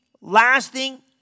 lasting